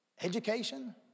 Education